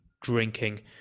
drinking